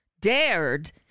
dared